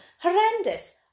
Horrendous